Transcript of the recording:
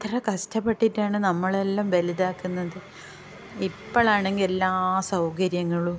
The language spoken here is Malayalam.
അത്ര കഷ്ടപ്പെട്ടിട്ടാണ് നമ്മളെ എല്ലാം വലുതാക്കുന്നത് ഇപ്പോൾ ആണെങ്കിൽ എല്ലാ സൗകര്യങ്ങളും